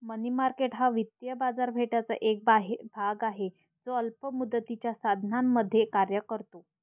मनी market हा वित्तीय बाजाराचा एक भाग आहे जो अल्प मुदतीच्या साधनांमध्ये कार्य करतो